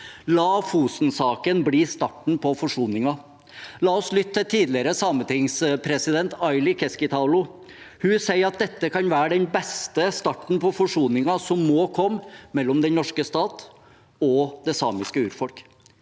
La Fosen-saken bli starten på forsoningen. La oss lytte til tidligere sametingspresident, Aili Keskitalo. Hun sier at dette kan være den beste starten på forsoningen som må komme mellom den norske stat og det samiske urfolk